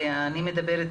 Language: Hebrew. לדבר.